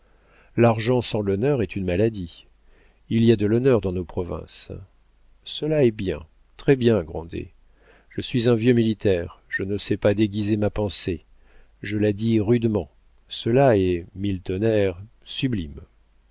l'argent sans l'honneur est une maladie il y a de l'honneur dans nos provinces cela est bien très-bien grandet je suis un vieux militaire je ne sais pas déguiser ma pensée je la dis rudement cela est mille tonnerres sublime